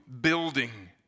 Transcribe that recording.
building